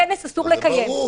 כנס אסור לקיים,